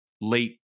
late